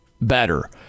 better